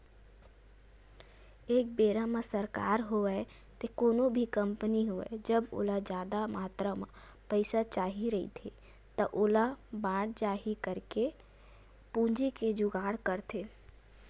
एक बेरा म सरकार होवय ते कोनो भी कंपनी होवय जब ओला जादा मातरा म पइसा चाही रहिथे त ओहा बांड जारी करके पूंजी के जुगाड़ करथे